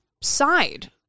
side